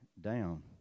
down